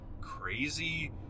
crazy